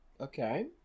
Okay